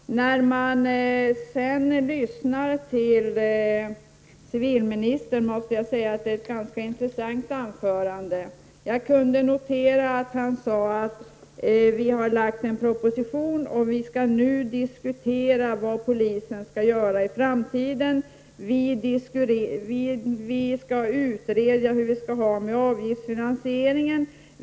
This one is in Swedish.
Jag lyssnade till civilministern och jag måste säga att det var ett ganska intressant anförande. Jag noterade att han sade att regeringen nu har lagt fram en proposition och att man skall diskutera vad polisen skall göra i framtiden. Man skall också utreda hur det skall bli med avgiftsfinansieringen.